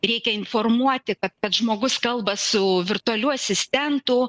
reikia informuoti kad žmogus kalba su virtualiu asistentu